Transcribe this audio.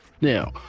now